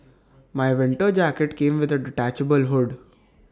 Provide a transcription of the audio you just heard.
my winter jacket came with A detachable hood